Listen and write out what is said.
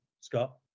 Scott